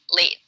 late